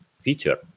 feature